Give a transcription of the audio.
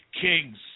King's